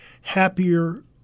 happier